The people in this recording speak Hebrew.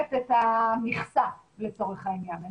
מקבלת את המכסה, לצורך העניין.